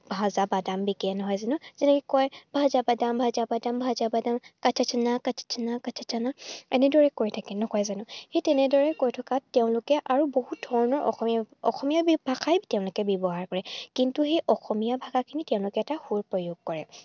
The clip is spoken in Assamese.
ভাজা বাদাম বিকে নহয় জানো যেনেকে কয় ভাজা বাদাম ভাজা বাদাম ভাজা বাদাম কাচা চানা কাচা চনা কাচা চানা এনেদৰে কৈ থাকে নকয় জানো সেই তেনেদৰে কৈ থকাত তেওঁলোকে আৰু বহুত ধৰণৰ অসমীয়া অসমীয়া ভাষাই তেওঁলোকে ব্যৱহাৰ কৰে কিন্তু সেই অসমীয়া ভাষাখিনি তেওঁলোকে এটা সুৰ প্ৰয়োগ কৰে